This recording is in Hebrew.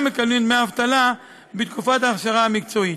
מקבלים דמי אבטלה בתקופת ההכשרה המקצועית.